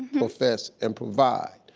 profess, and provide.